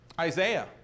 Isaiah